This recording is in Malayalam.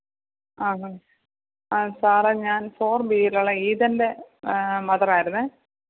ആ ഹ സാറേ ഞാൻ ഫോർ ബിയിലുള്ള ഏദൻ്റെ മദറായിരുന്നേ